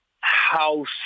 house